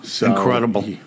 incredible